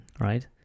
right